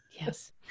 Yes